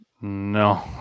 No